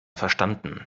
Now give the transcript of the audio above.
verstanden